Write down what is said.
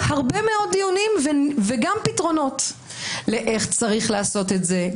של הרבה מאוד דיונים פתרונות לאיך צריך לעשות את זה.